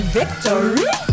victory